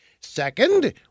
Second